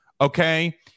okay